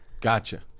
Gotcha